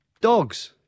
dogs